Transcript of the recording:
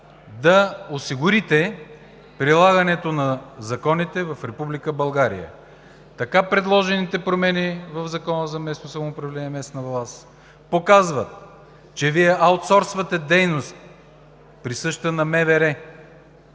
да осигурите прилагането на законите в Република България? Така предложените промени в Закона за местното самоуправление и местната власт показват, че Вие аутсорсвате дейност, присъща на